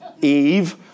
Eve